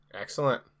Excellent